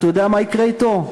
אתה יודע מה יקרה אתו?